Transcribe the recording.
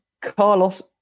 Carlos